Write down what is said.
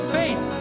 faith